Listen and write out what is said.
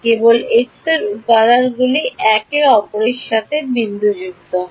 কেবল x উপাদানগুলি একে অপরের সাথে বিন্দুযুক্ত হয়